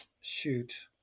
Shoot